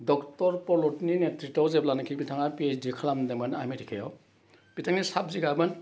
doctor पल्भनि नायत्रित' जेब्लानाखि बिथाङा पिओइसदि खालामदोंमोन आमेरिकायाव बिथांनि साबजेक्टआमोन